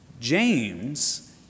James